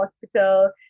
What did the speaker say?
hospital